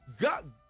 God